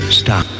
stop